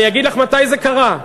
אני אגיד לך מתי זה קרה.